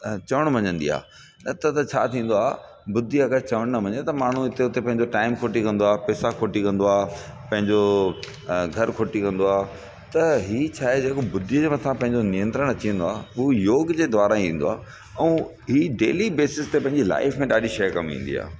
चवणु मञंदी आहे न त त छा थींदो आहे बुधी अगरि चवण न मञे त माण्हू हिते हुते पंहिंजो टाइम खोटी कंदो आहे पैसा खोटी कंदो आहे पंहिंजो घरु खोटी कंदो आहे त इहो छा आहे जेको बुधी जे मथा पंहिंजो नियंत्रण अची वेंदो आहे उहो योग जे द्वारा ईंदो आहे ऐं इहो डेली बेसिस ते पंहिंजी लाइफ में ॾाढी शइ कमु ईंदी आहे